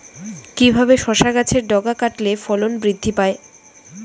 কিভাবে শসা গাছের ডগা কাটলে ফলন বৃদ্ধি পায়?